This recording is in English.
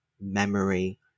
memory